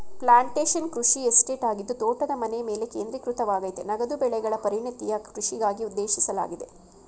plantation ಕೃಷಿ estate ಆಗಿದ್ದು ತೋಟದ ಮನೆಮೇಲೆ ಕೇಂದ್ರೀಕೃತವಾಗಯ್ತೆ ನಗದು ಬೆಳೆಗಳ ಪರಿಣತಿಯ ಕೃಷಿಗಾಗಿ ಉದ್ದೇಶಿಸಲಾಗಿದೆ